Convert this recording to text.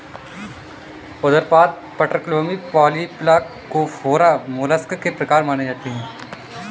उदरपाद, पटलक्लोमी, polyplacophora, mollusc के प्रकार माने जाते है